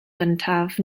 gyntaf